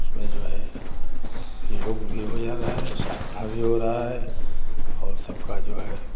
उसमें जो है योग भी हो जा रहा है साधना भी हो रहा है और सबका जो है